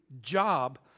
job